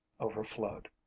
overflowed